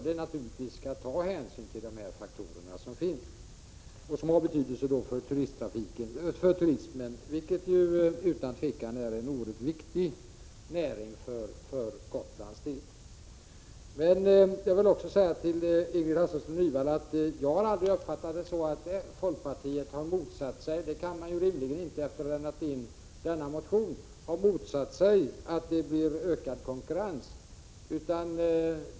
Det är fråga om faktorer som har betydelse för turismen, som utan tvivel är en oerhört viktig näring för Gotlands del. Men jag vill också säga till Ingrid Hasselström Nyvall att jag aldrig har uppfattat det så, att folkpartiet har motsatt sig — det kan man rimligen inte ha gjort efter att ha lämnat in denna motion — att det blir ökad konkurrens.